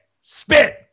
Spit